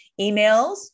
emails